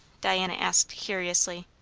diana asked curiously.